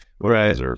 Right